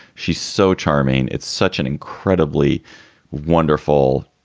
she's so charming. it's such an incredibly wonderful,